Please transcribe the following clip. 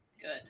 good